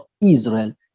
Israel